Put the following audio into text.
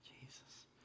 Jesus